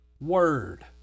word